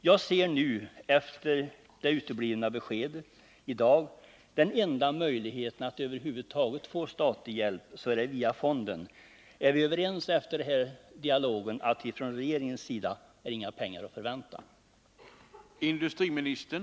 Jag ser nu, efter det uteblivna beskedet i dag, att den enda möjligheten att över huvud taget få statlig hjälp är via fonden. Är vi efter denna dialog överens om att inga pengar är att förvänta från regeringen?